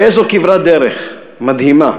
ואיזו כברת דרך מדהימה,